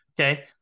Okay